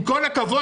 עם כל הכבוד,